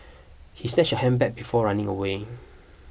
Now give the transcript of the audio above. he snatched her handbag before running away